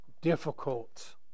difficult